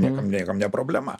niekam niekam ne problema